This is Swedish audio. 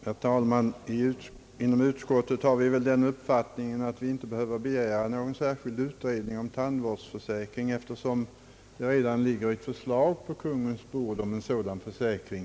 Herr talman! Inom utskottet har vi den uppfattningen att det inte behöver begäras någon särskild utredning om tandvårdsförsäkring, eftersom det redan ligger ett förslag på Kungl. Maj:ts bord om en sådan försäkring.